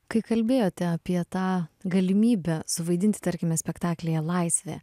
kai kalbėjote apie tą galimybę suvaidinti tarkime spektaklyje laisvė